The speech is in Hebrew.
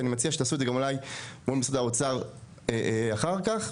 אני מציע שתעשו את זה גם אולי מול משרד האוצר אחר כך.